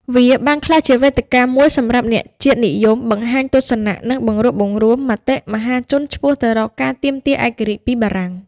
វាបានក្លាយជាវេទិកាមួយសម្រាប់អ្នកជាតិនិយមបង្ហាញទស្សនៈ និងបង្រួបបង្រួមមតិមហាជនឆ្ពោះទៅរកការទាមទារឯករាជ្យពីបារាំង។